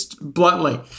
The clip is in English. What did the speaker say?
bluntly